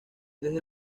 desde